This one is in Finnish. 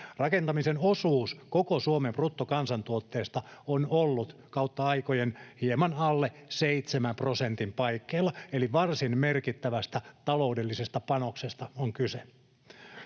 Rakentamisen osuus koko Suomen bruttokansantuotteesta on ollut kautta aikojen hieman alle seitsemän prosentin paikkeilla, eli varsin merkittävästä taloudellisesta panoksesta on kyse.